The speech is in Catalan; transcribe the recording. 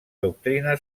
doctrina